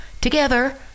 together